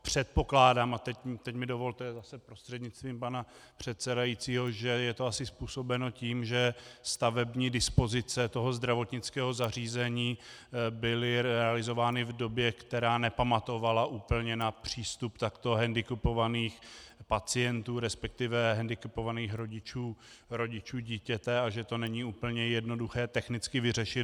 Předpokládám, a teď mi dovolte zase prostřednictvím pana předsedajícího, že je to asi způsobeno tím, že stavební dispozice toho zdravotnického zařízení byly realizovány v době, která nepamatovala úplně na přístup takto hendikepovaných pacientů, respektive hendikepovaných rodičů dítěte, a že to není úplně jednoduché technicky vyřešit.